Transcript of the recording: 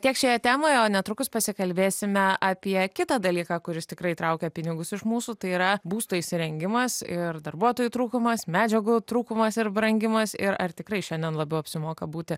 tiek šioje temoje o netrukus pasikalbėsime apie kitą dalyką kuris tikrai traukia pinigus iš mūsų tai yra būsto įsirengimas ir darbuotojų trūkumas medžiagų trūkumas ir brangimas ir ar tikrai šiandien labiau apsimoka būti